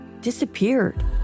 disappeared